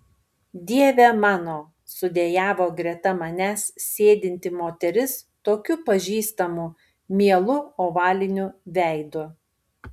dieve mano sudejavo greta manęs sėdinti moteris tokiu pažįstamu mielu ovaliniu veidu